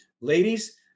ladies